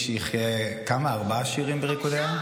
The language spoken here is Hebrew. היא הזמינה אותו לריקודי עם.